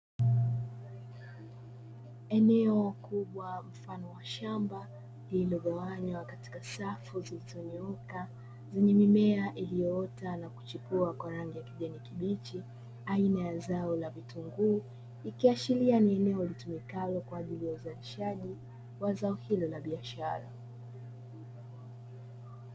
Eneo kubwa mfano wa shamba, lililogawanywa katika safu zilizonyooka, zenye mimea iliyoota na kuchipua kwa rangi ya kijani kibichi, aina ya zao la vitunguu, ikiashiria ni eneo litumikalo kwa ajili ya uzalishaji wa zao hilo la biashara.